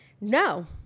No